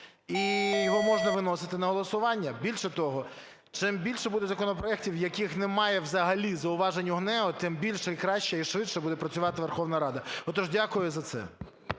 і його можна виносити на голосування. Більше того, чим більше буде законопроектів, у яких немає взагалі зауважень ГНЕУ, тим більше, краще і ширше буде працювати Верховна Рада. Отож, дякую за це.